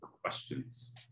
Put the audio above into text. Questions